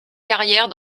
carrière